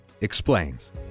explains